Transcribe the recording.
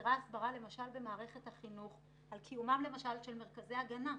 שחסרה הסברה למשל במערכת החינוך על קיומם למשל של מרכזי הגנה.